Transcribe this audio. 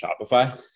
Shopify